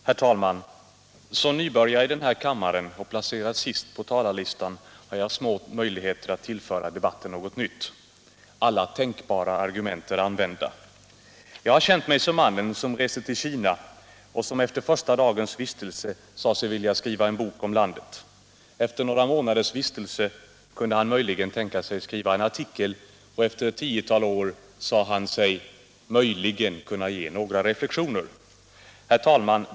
Herr talman! Som nybörjare i denna kammare och placerad sist på talarlistan har jag små möjligheter att tillföra debatten något nytt. Alla tänkbara argument är använda. Jag har känt mig som mannen som reste till Kina och som efter första dagens vistelse där sade sig vilja skriva en bok om landet; efter några månaders vistelse kunde han möjligen tänka sig att skriva en artikel, och efter ett tiotal år sade han sig möjligen kunna ge några reflexioner. Herr talman!